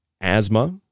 asthma